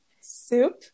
soup